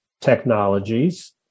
technologies